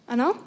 Ano